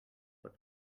but